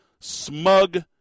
smug